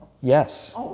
Yes